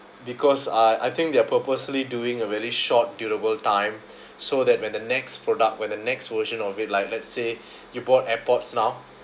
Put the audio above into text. because uh I think they are purposely doing a very short durable time so that when the next product when the next version of it like let's say you bought airpods now